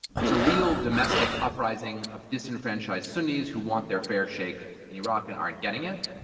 it's a real domestic uprising of disenfranchised sunnis who want their fair shake in iraq and aren't getting it.